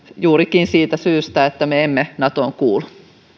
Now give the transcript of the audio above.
juurikin siitä syystä että me emme natoon kuulu